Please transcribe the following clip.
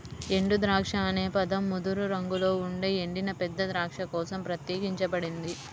ఎండుద్రాక్ష అనే పదం ముదురు రంగులో ఉండే ఎండిన పెద్ద ద్రాక్ష కోసం ప్రత్యేకించబడింది